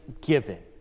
given